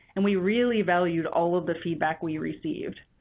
and we really valued all of the feedback we received.